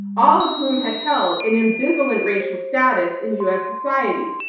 all of whom had held an ambivalent racial status in u. s. society.